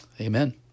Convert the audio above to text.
Amen